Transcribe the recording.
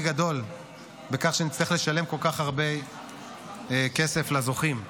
גדול בכך שנצטרך לשלם כל כך הרבה כסף לזוכים ולזוכות.